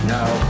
Now